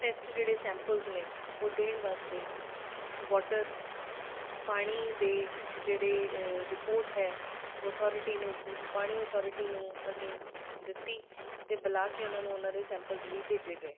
test ਜਿਹੜੇ samples ਨੇ ਉਹ ਦੇਣ ਵਾਸਤੇ ਵਾਟਰ ਪਾਣੀ ਦੇ ਜਿਹੜੇ ਰਿਪੋਰਟ ਹੈ ਉਹ ਅਥੋਰਿਟੀ ਨੂੰ ਪਾਣੀ ਅਥੋਰਿਟੀ ਨੂੰ ਅਸੀਂ ਦਿੱਤੀ ਅਤੇ ਬੁਲਾ ਕੇ ਉਹਨਾਂ ਨੂੰ ਉਹਨਾਂ ਦੇ ਸੈਂਪਲਸ ਵੀ ਭੇਜੇ ਗਏ